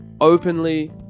openly